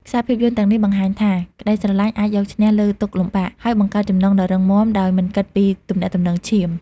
ខ្សែភាពយន្តទាំងនេះបង្ហាញថា ក្ដីស្រឡាញ់អាចយកឈ្នះលើទុក្ខលំបាក ហើយបង្កើតចំណងដ៏រឹងមាំដោយមិនគិតពីទំនាក់ទំនងឈាម។